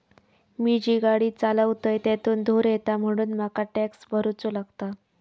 मी जी गाडी चालवतय त्यातुन धुर येता म्हणून मका टॅक्स भरुचो लागता